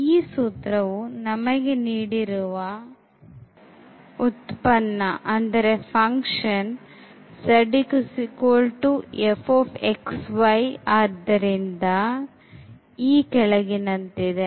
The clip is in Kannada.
ಈ ಸೂತ್ರವು ನಮಗೆ ನೀಡಿರುವ ಉತ್ಪನ್ನವು z fxy ಆದ್ದರಿಂದ ಈ ಕೆಳಗಿನಂತಿದೆ